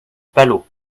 palot